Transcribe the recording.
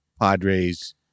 Padres